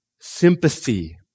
sympathy